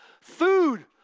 food